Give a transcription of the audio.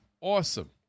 awesome